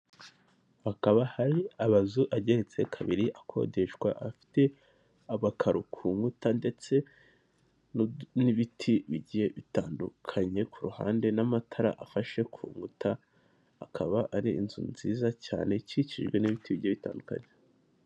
Hakaba hari amazu ageretse kabiri akodeshwa afite amakaro ku nkuta ndetse n'ibiti bigiye bitandukanye ku ruhande n'amatara afashe ku nkuta akaba ari inzu nziza cyane ikikijwe n'ibiti bigiye bitandukanye.